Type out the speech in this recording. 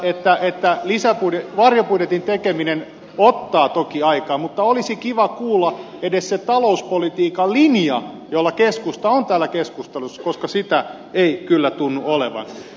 ymmärretään että varjobudjetin tekeminen ottaa toki aikaa mutta olisi kiva kuulla edes se talouspolitiikan linja jolla keskusta on täällä keskustelussa koska sitä ei kyllä tunnu olevan